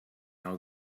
all